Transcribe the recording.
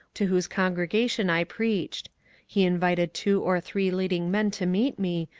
to whose congregation i preached. he invited two or three leading men to meet me,